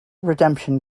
redemption